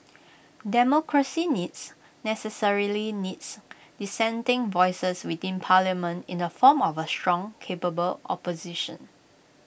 democracy needs necessarily needs dissenting voices within parliament in the form of A strong capable opposition